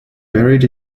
buried